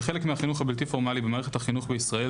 כחלק מהחינוך הבלתי פורמלי במערכת החינוך בישראל,